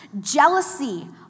jealousy